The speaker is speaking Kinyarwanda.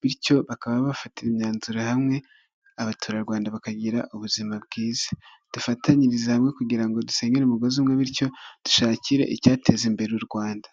bityo bakaba bafatira imyanzuro hamwe, abaturarwanda bakagira ubuzima bwiza. Dufatanyirize hamwe kugira ngo dusenyere umugozi umwe, bityo dushakire icyateza imbere u Rwanda.